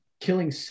killing